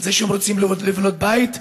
על זה שהם רוצים לבנות בית?